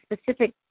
specific